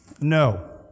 No